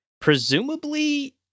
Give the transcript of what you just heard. presumably